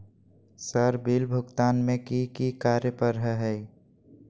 Sir bill भुगतान में की की कार्य पर हहै?